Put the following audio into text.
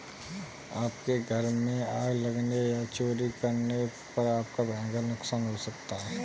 आपके घर में आग लगने या चोरी होने पर आपका भयंकर नुकसान हो सकता है